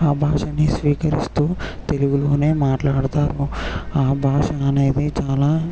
ఆ భాషని స్వీకరిస్తూ తెలుగులోనే మాట్లాడతారు ఆ భాష అనేది చాలా